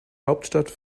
hauptstadt